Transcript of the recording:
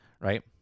right